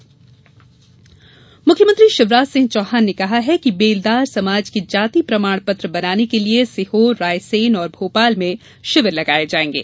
CM Beldar मुख्यमंत्री शिवराज सिंह चौहान ने कहा है कि बेलदार समाज के जाति प्रमाण पत्र बनाने के लिये सीहोर रायसेन और भोपाल में शिविर लगाये जायेंगे